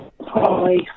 hi